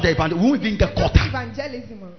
Evangelism